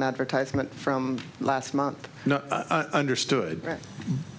an advertisement from last month not understood